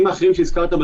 הקבוצה שבטוח יוצאת,